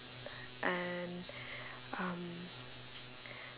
and um